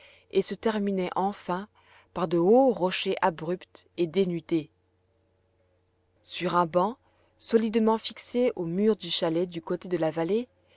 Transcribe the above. et se terminaient enfin par de hauts rochers abrupts et dénudés sur un banc solidement fixé au mur du chalet du côté de la vallée